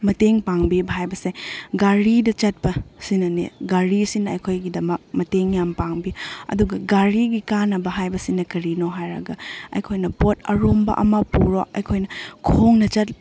ꯃꯇꯦꯡ ꯄꯥꯡꯕꯤꯕ ꯍꯥꯏꯕꯁꯦ ꯒꯥꯔꯤꯗ ꯆꯠꯄ ꯁꯤꯅꯅꯦ ꯒꯥꯔꯤꯁꯤꯅ ꯑꯩꯈꯣꯏꯒꯤꯗꯃꯛ ꯃꯇꯦꯡ ꯌꯥꯝ ꯄꯥꯡꯕꯤ ꯑꯗꯨꯒ ꯒꯥꯔꯤꯒꯤ ꯀꯥꯟꯅꯕ ꯍꯥꯏꯕꯁꯤꯅ ꯀꯔꯤꯅꯣ ꯍꯥꯏꯔꯒ ꯑꯩꯈꯣꯏꯅ ꯄꯣꯠ ꯑꯔꯨꯝꯕ ꯑꯃ ꯄꯨꯔꯣ ꯑꯩꯈꯣꯏꯅ ꯈꯣꯡꯅ